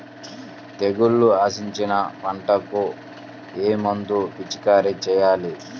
తెగుళ్లు ఆశించిన పంటలకు ఏ మందు పిచికారీ చేయాలి?